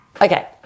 Okay